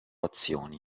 azioni